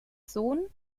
sohn